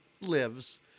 lives